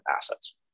assets